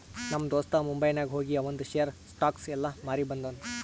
ನಮ್ ದೋಸ್ತ ಮುಂಬೈನಾಗ್ ಹೋಗಿ ಆವಂದ್ ಶೇರ್, ಸ್ಟಾಕ್ಸ್ ಎಲ್ಲಾ ಮಾರಿ ಬಂದುನ್